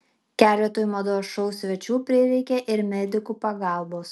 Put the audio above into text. keletui mados šou svečių prireikė ir medikų pagalbos